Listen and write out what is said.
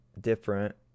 different